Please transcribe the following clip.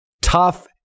Tough